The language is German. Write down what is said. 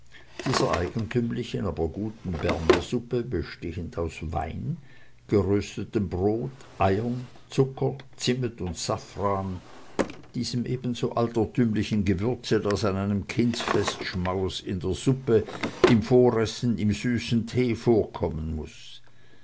dieser altertümlichen aber guten bernersuppe bestehend aus wein geröstetem brot eiern zucker zimmet und safran diesem ebenso altertümlichen gewürze das an einem kindstaufeschmaus in der suppe im voressen im süßen tee vorkommen muß